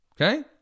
Okay